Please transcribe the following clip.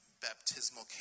baptismal